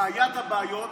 בעיית הבעיות,